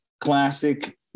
classic